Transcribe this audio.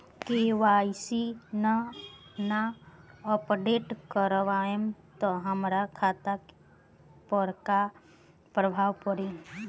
KYC ना update करवाएम त हमार खाता पर का प्रभाव पड़ी?